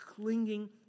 clinging